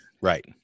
right